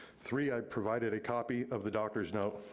three, i provided a copy of the doctor's note,